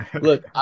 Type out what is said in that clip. look